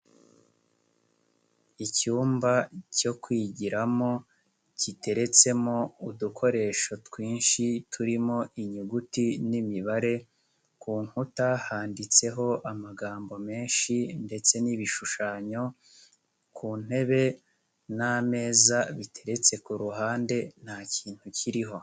Icyumba cyo kwigiramo giteretsemo udukoresho twinshi turimo inyuguti n'imibare ku nkuta handitseho amagambo menshi ndetse n'ibishushanyo ku ntebe n'ameza biteretse ku ruhande nta kintu kiriho.